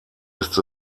ist